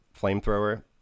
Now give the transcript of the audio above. flamethrower